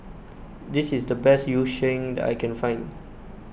this is the best Yu Sheng that I can find